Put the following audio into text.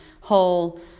whole